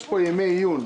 יש פה ימי עיון.